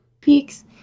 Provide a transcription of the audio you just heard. Peaks